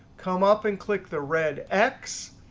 come up and click the red x.